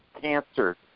cancer